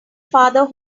father